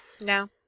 No